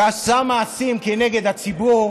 שעשה מעשים כנגד הציבור